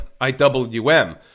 IWM